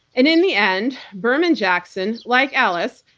and in the end berman jackson, like ellis,